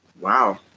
Wow